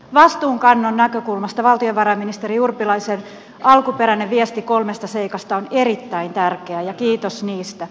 vastuunkannon näkökulmasta valtiovarainministeri urpilaisen alkuperäinen viesti kolmesta seikasta on erittäin tärkeää ja kiitos niistä